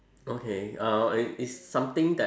okay uh it is something that